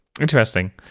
interesting